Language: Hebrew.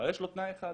אבל יש לו תנאי אחד.